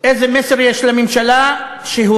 איזה מסר יש לממשלה שהורסת,